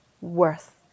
worth